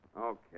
Okay